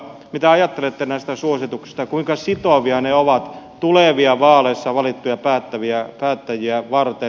mitä ajattelette näistä suosituksista kuinka sitovia ne ovat tulevia vaaleissa valittuja päättäjiä varten